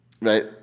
right